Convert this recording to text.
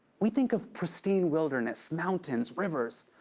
we think of pristine wilderness, mountains, rivers,